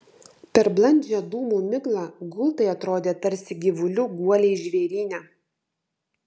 per blandžią dūmų miglą gultai atrodė tarsi gyvulių guoliai žvėryne